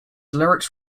lyrics